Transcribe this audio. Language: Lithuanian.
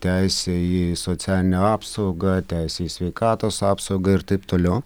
teisė į socialinę apsaugą teisė į sveikatos apsaugą ir taip toliau